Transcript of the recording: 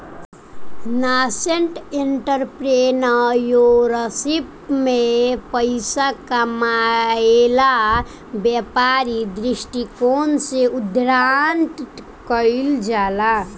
nascent entrepreneurship में पइसा कामायेला व्यापारिक दृश्टिकोण से उद्घाटन कईल जाला